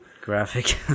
graphic